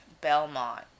Belmont